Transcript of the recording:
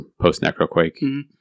post-Necroquake